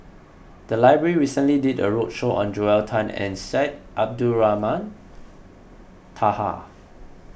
the library recently did a roadshow on Joel Tan and Syed Abdulrahman Taha